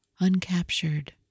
Uncaptured